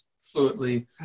fluently